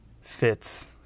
fits